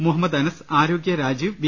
Muhammad Anas Arokya Rajeev V